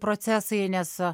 procesai nes